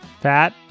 Pat